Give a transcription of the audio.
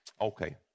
Okay